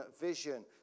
vision